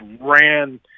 ran